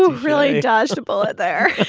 really dodged a bullet there